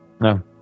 No